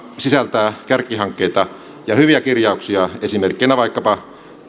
sisältää kärkihankkeita ja hyviä kirjauksia esimerkkeinä vaikkapa